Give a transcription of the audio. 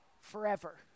forever